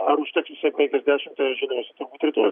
ar užteks visiem penkiasdešim tai žiūrėsim tubūt rytoj